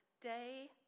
day